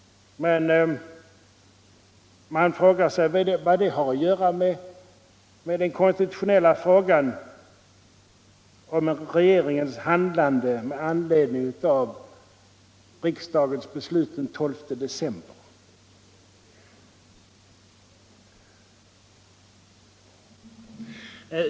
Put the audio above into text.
Men man frågar sig vad detta har att göra med den konstitutionella frågan om regeringens handlande med anledning av riksdagens beslut den 12 december.